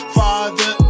father